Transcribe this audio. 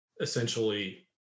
essentially